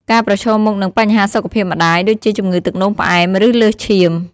ការប្រឈមមុខនឹងបញ្ហាសុខភាពម្តាយ ដូចជាជំងឺទឹកនោមផ្អែម ឬលើសឈាម ។